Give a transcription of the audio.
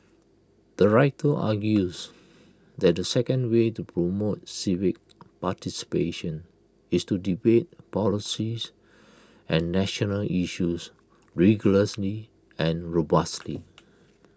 the writer argues that the second way to promote civic participation is to debate policies and national issues rigorously and robustly